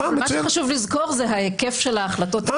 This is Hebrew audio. ומה שחשוב לזכור זה ההיקף של ההחלטות.